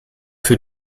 für